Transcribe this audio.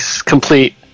complete